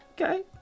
Okay